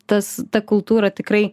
tas ta kultūra tikrai